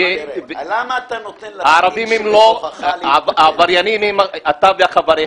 למה אתה נותן --- העבריינים הם אתה וחבריך.